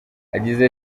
yagize